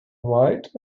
white